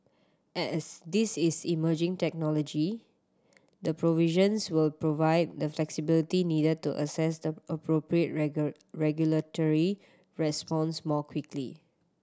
as this is emerging technology the provisions will provide the flexibility needed to assess the appropriate regulatory response more quickly